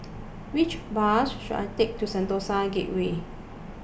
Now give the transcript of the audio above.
which bus should I take to Sentosa Gateway